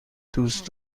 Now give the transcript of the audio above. دوست